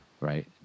right